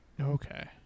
Okay